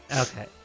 okay